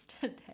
today